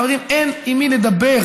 חברים, אין עם מי לדבר.